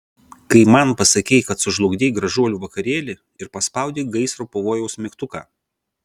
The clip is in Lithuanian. kai man pasakei kad sužlugdei gražuolių vakarėlį ir paspaudei gaisro pavojaus mygtuką